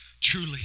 Truly